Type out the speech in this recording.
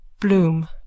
bloom